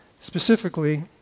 Specifically